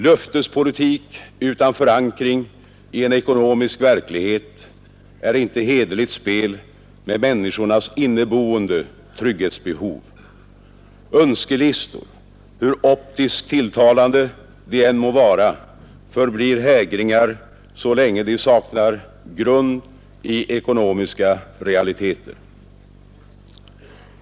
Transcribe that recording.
Löftespolitik utan förankring i en ekonomisk verklighet är inte hederligt spel med människornas inneboende trygghetsbehov. Önskelistor, hur optiskt tilltalande de än må vara, förblir hägringar så länge de saknar grund i ekonomiska realiteter.